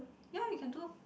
ya we can do